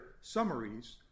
summaries